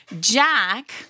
Jack